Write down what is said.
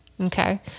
Okay